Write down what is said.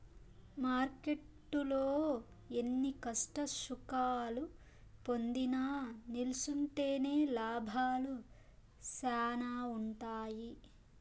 మార్కెట్టులో ఎన్ని కష్టసుఖాలు పొందినా నిల్సుంటేనే లాభాలు శానా ఉంటాయి